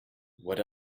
what